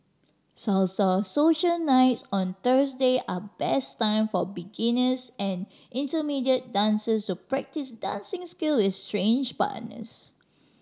salsa social nights on Thursday are best time for beginners and intermediate dancers to practice dancing skill with strange partners